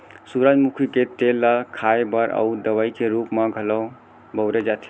सूरजमुखी के तेल ल खाए बर अउ दवइ के रूप म घलौ बउरे जाथे